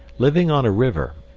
living on a river,